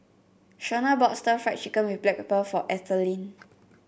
Shonna bought Stir Fried Chicken with Black Pepper for Ethelene